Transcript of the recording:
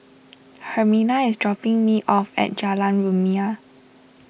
Hermina is dropping me off at Jalan Rumia